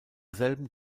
selben